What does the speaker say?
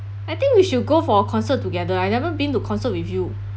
I think we should go for a concert together I never been to concert with you